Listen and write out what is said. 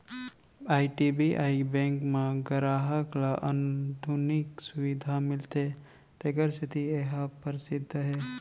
IDBI bank म गराहक ल आधुनिक सुबिधा मिलथे तेखर सेती ए ह परसिद्ध हे